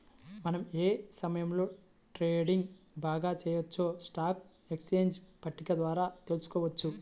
మనం ఏ సమయంలో ట్రేడింగ్ బాగా చెయ్యొచ్చో స్టాక్ ఎక్స్చేంజ్ పట్టిక ద్వారా తెలుసుకోవచ్చు